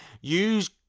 use